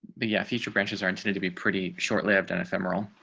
the yeah feature branches are intended to be pretty shortly. i've done a femoral